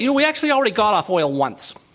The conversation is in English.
you know we actually already got off oil once.